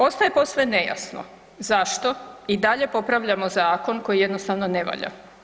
Ostaje posve nejasno zašto i dalje popravljamo zakon koji jednostavno ne valja.